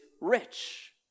rich